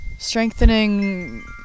Strengthening